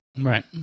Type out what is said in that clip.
Right